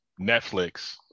Netflix